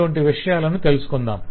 ఇటువంటి విషయాలను తెలుసుకుందాం